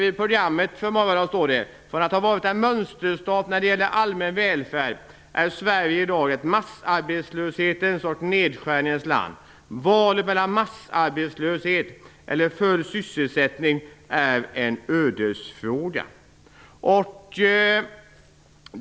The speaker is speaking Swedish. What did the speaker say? I programmet står: Från att ha varit en mönsterstat när det gäller allmän välfärd är Sverige i dag ett massarbetslöshetens och nedskärningens land. Valet mellan massarbetslöshet och full sysselsättning är en ödesfråga.